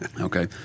Okay